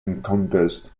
encompassed